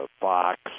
Fox